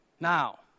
Now